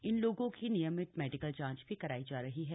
इन लोगों की नियमित मेडिकल जांच भी कराई जा रही है